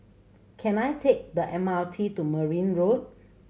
can I take the M R T to Merryn Road